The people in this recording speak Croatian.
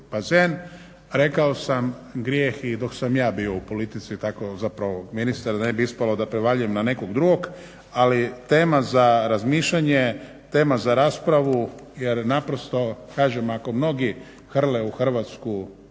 bazen. Rekao sam grijeh i dok sam ja bio u politici, zapravo ministar da ne bi ispalo da prevaljujem na nekog drugog, ali tema za razmišljanje, tema za raspravu jer naprosto, kažem ako mnogi hrle u Hrvatsku